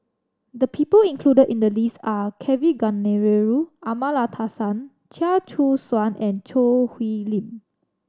the people included in the list are Kavignareru Amallathasan Chia Choo Suan and Choo Hwee Lim